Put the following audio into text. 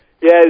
yes